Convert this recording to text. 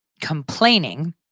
complaining